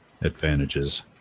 advantages